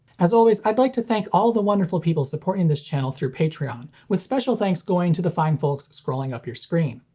as always, i'd like to thank all of the wonderful people supporting this channel through patreon, with special thanks going to the fine folks scrolling up your screen.